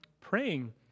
praying